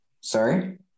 Sorry